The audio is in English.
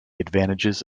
advantages